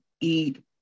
eat